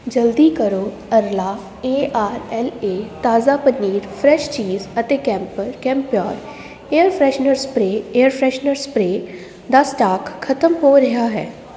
ਜਲਦੀ ਕਰੋ Arla A R L A ਤਾਜ਼ਾ ਪਨੀਰ ਫਰੈੱਸ਼ ਚੀਜ ਅਤੇ ਕੈਂਪਰ ਕੰਪਿਓਰ air freshener spray air freshener spray ਦਾ ਸਟਾਕ ਖਤਮ ਹੋ ਰਿਹਾ ਹੈ